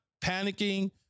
panicking